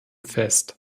fest